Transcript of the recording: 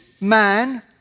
man